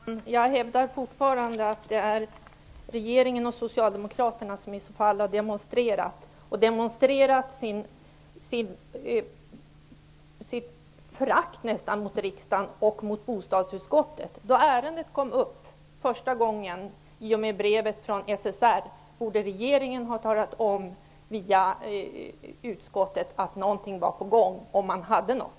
Herr talman! Jag hävdar fortfarande att det är regeringen och socialdemokraterna som i så fall har demonstrerat. De har demonstrerat sitt förakt mot riksdagen och mot bostadsutskottet. Då ärendet kom upp första gången i samband med brevet från SSR borde regeringen ha talat om via utskottet att någonting var på gång - om man hade något.